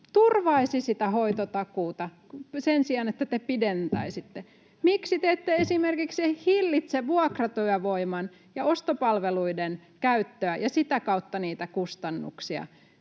turvaisi sitä hoitotakuuta sen sijaan, että te pidentäisitte? Miksi te ette esimerkiksi hillitse vuokratyövoiman ja ostopalveluiden käyttöä ja sitä kautta niitä kustannuksia?